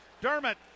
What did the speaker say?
Dermott